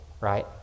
right